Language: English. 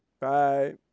Bye